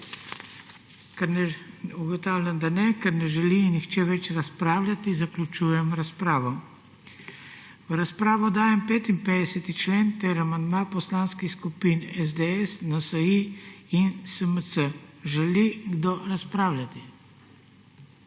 Ker ne želi nihče več razpravljati, zaključujem razpravo. V razpravo dajem 55. člen ter amandma poslanskih skupin SDS, NSi in SMC. Želi kdo razpravljati?